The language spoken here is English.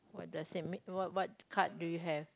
what does that mean what what card do you have